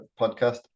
podcast